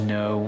no